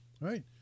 Right